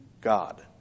God